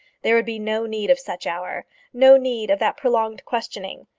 there would be no need of such hour no need of that prolonged questioning.